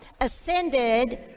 ascended